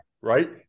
right